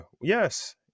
yes